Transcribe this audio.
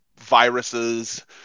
viruses